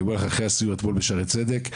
אני אומר לך אחרי הסיור אתמול בשערי צדק,